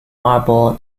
bible